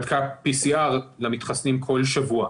בדקה PCR למתחסנים בכל שבוע.